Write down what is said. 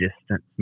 distance